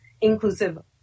inclusive